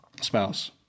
spouse